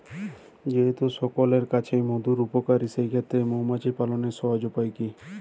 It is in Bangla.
যেহেতু সকলের কাছেই মধু উপকারী সেই ক্ষেত্রে মৌমাছি পালনের সহজ উপায় কি?